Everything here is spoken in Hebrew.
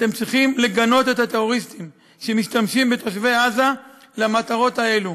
אתם צריכים לגנות את הטרוריסטים שמשתמשים בתושבי עזה למטרות האלה,